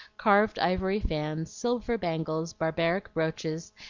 carved ivory fans, silver bangles barbaric brooches,